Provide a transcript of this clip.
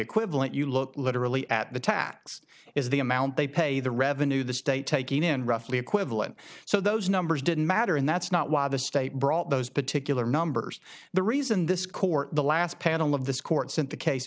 equivalent you look literally at the tax is the amount they pay the revenue the state taking in roughly equivalent so those numbers didn't matter and that's not why the state brought those particular numbers the reason this court the last panel of this court s